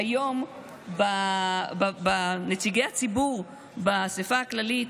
היום בקרב נציגי הציבור באספה הכללית,